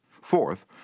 Fourth